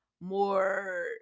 more